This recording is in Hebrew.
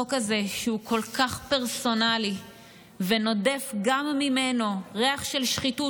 החוק הזה הוא כל כך פרסונלי ונודף גם ממנו ריח של שחיתות,